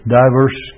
diverse